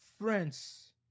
Friends